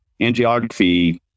angiography